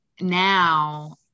now